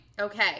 Okay